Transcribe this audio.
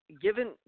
given